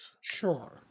Sure